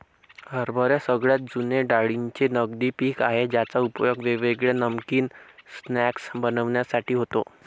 हरभरे सगळ्यात जुने डाळींचे नगदी पिक आहे ज्याचा उपयोग वेगवेगळे नमकीन स्नाय्क्स बनविण्यासाठी होतो